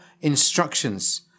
instructions